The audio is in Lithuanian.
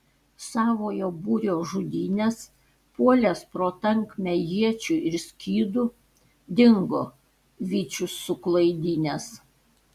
savojo būrio žudynes puolęs pro tankmę iečių ir skydų dingo vyčius suklaidinęs